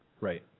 Right